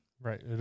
right